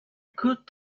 could